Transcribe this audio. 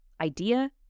idea